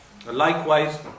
Likewise